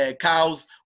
cows